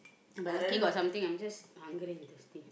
but lucky got something I'm just hungry thirsty